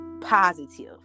positive